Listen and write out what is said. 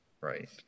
right